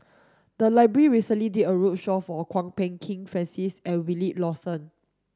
the library recently did a roadshow for Kwok Peng Kin Francis and Wilfed Lawson